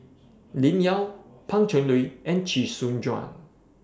Lim Yau Pan Cheng Lui and Chee Soon Juan